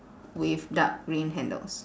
with dark green handles